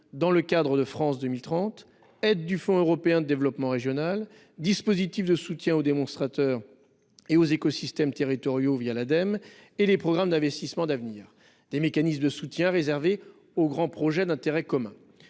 dans le cadre de France 2030, aides du fonds européen de développement régional, dispositifs de soutien aux démonstrateurs ainsi qu'aux écosystèmes territoriaux l'Ademe et les programmes d'investissements d'avenir, mécanismes de soutien réservés aux grands projets d'intérêt européen